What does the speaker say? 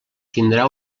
tindrà